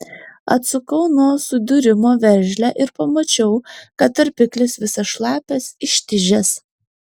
atsukau nuo sudūrimo veržlę ir pamačiau kad tarpiklis visas šlapias ištižęs